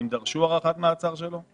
האם דרשו הארכת מעצר שלו?